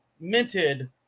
minted